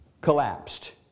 collapsed